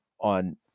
on